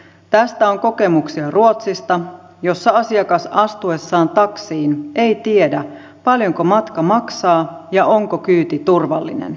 tästä on kokemuksia ruotsista jossa asiakas astuessaan taksiin ei tiedä paljonko matka maksaa ja onko kyyti turvallinen